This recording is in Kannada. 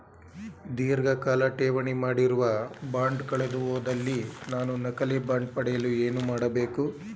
ಧೀರ್ಘಕಾಲ ಠೇವಣಿ ಮಾಡಿರುವ ಬಾಂಡ್ ಕಳೆದುಹೋದಲ್ಲಿ ನಾನು ನಕಲಿ ಬಾಂಡ್ ಪಡೆಯಲು ಏನು ಮಾಡಬೇಕು?